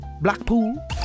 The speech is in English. Blackpool